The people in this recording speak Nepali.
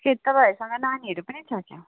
के तपाईहरूसँग नानीहरू पनि छ क्या हो